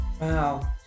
wow